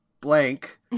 blank